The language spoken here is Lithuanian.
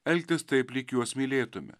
elgtis taip lyg juos mylėtume